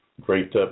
great